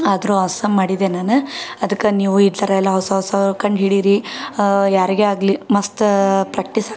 ಆದ್ರೂ ಆಸಮ್ ಮಾಡಿದೆ ನಾನು ಅದಕ್ಕೆ ನೀವು ಈ ಥರ ಎಲ್ಲ ಹೊಸ ಹೊಸ ಕಂಡು ಹಿಡಿರಿ ಯಾರಿಗೆ ಆಗಲಿ ಮಸ್ತ ಪ್ರ್ಯಾಕ್ಟೀಸ್ ಆಗ್ತೈತಿ